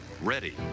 ready